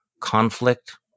conflict